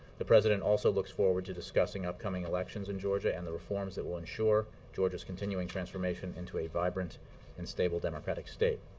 the president also looks forward to discussing upcoming elections in georgia and the reforms that will ensure georgia's continuing transformation into a vibrant and stable democratic state.